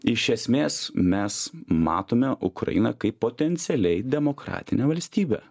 iš esmės mes matome ukrainą kaip potencialiai demokratinę valstybę